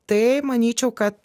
tai manyčiau kad